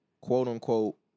quote-unquote